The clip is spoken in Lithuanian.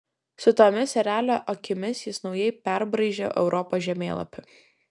su tomis erelio akimis jis naujai perbraižė europos žemėlapį